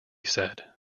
said